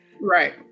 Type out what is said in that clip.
right